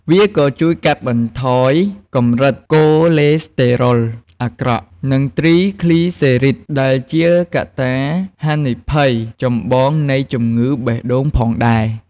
វាក៏អាចជួយកាត់បន្ថយកម្រិតកូលេស្តេរ៉ុលអាក្រក់ និងទ្រីគ្លីសេរីត ដែលជាកត្តាហានិភ័យចម្បងនៃជំងឺបេះដូងផងដែរ។